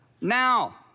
now